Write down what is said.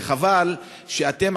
וחבל שאתם,